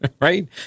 Right